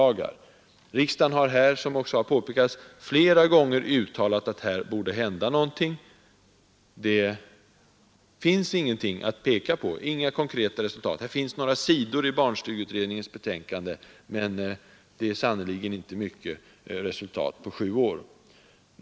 Riksdagen har flera gånger uttalat att det borde hända någonting på detta område. Men det finns ingenting att peka på, ingenting konkret. Det finns några sidor i barnstugeutredningens betänkande, men det är sannerligen inte mycket till resultat på sju år.